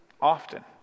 often